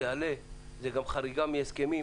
זה גם חריגה מהסכמים.